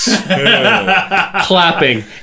clapping